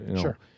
Sure